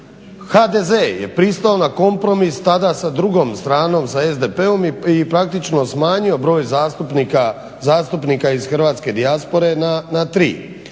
HDZ je pristao na kompromis tada sa drugom stranom sa SDP-om i praktično smanjio broj zastupnika iz hrvatske dijaspore na tri.